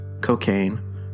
cocaine